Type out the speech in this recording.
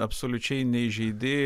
absoliučiai neįžeidi